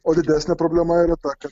o didesnė problema yra ta kad